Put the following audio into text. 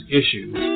issues